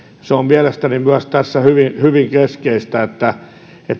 se on mielestäni myös tässä hyvin hyvin keskeistä